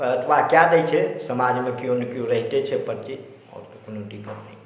एतबा कऽ दै छै समाजमे केओ ने केओ रहै छै भेटै छै परती कोनो दिक्कत नहि होइ छै